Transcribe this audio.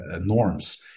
norms